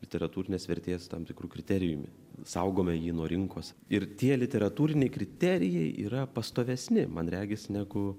literatūrinės vertės tam tikru kriterijumi saugome jį nuo rinkos ir tie literatūriniai kriterijai yra pastovesni man regis negu